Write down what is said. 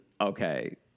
okay